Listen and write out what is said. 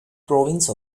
province